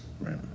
right